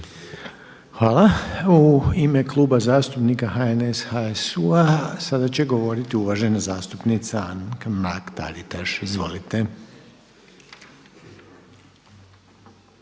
Hvala. U ime Kluba zastupnika HNS-HSU-a sada će govoriti uvažena zastupnica Anka Mrak Taritaš. Izvolite.